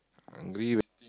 hungry lah